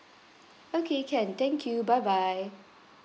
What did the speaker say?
okay can thank you bye bye